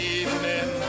evening